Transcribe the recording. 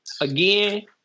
again